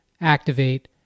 activate